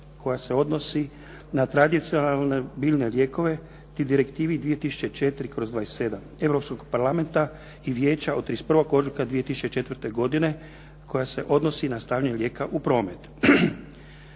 koja se odnosi na tradicionalne biljne lijekove i Direktivi 2004/27 Europskog parlamenta i Vijeća od 31. ožujka 2004. godine koja se odnosi na stavljanje lijeka u promet.